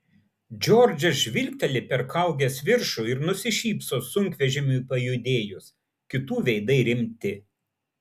džordžas žvilgteli per kaugės viršų ir nusišypso sunkvežimiui pajudėjus kitų veidai rimti